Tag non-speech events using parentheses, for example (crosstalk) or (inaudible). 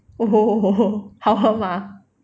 (laughs) 好喝 mah